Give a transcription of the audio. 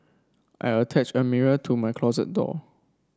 I attached a mirror to my closet door